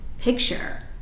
picture